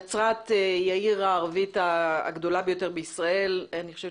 נצרת היא העיר הערבית הגדולה ביותר בישראל ואני חושבת